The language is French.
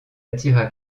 attira